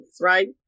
right